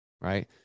right